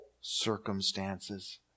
circumstances